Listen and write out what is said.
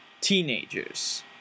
teenagers